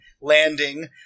landing